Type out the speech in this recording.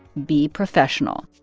be professional